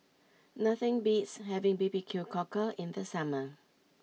nothing beats having B B Q Cockle in the summer